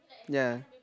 ya